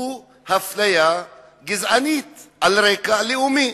שהוא אפליה גזענית על רקע לאומי.